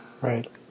Right